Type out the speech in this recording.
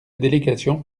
délégation